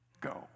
go